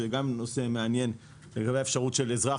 שזה גם נושא מעניין לגבי האפשרות של אזרח